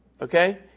Okay